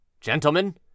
Gentlemen